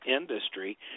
industry